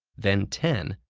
then ten,